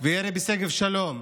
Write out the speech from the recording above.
וירי בשגב שלום.